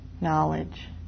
knowledge